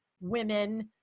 women